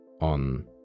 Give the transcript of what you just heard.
on